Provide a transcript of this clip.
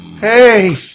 Hey